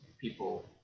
people